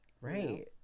Right